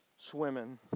swimming